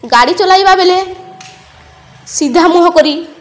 ଗାଡ଼ି ଚଲାଇବା ବେଲେ ସିଧା ମୁହଁ କରି